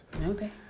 Okay